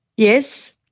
Yes